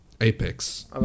Apex